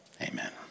Amen